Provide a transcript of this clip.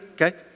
Okay